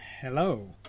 Hello